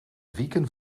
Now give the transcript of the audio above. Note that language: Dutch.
wieken